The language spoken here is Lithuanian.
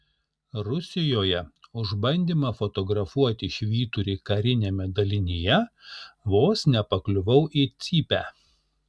rusijoje už bandymą fotografuoti švyturį kariniame dalinyje vos nepakliuvau į cypę